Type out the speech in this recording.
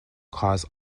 cause